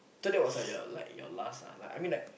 thought it was like your like your last ah I mean like